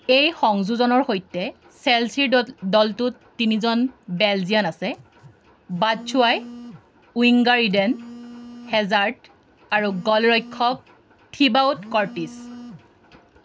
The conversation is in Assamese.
এই সংযোজনৰ সৈতে চেলচিৰ দল দলটোত তিনিজন বেলজিয়ান আছে বাৎচুয়াই উইংগাৰ ইডেন হেজাৰ্ড আৰু গ'লৰক্ষক থিবাউট কৰ্টিছ